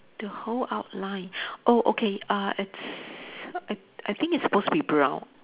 the whole outline oh okay uh it's I I think it's supposed to be brown